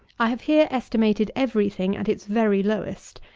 i have here estimated every thing at its very lowest.